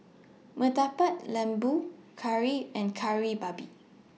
Murtabak Lembu Curry and Kari Babi